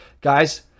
guys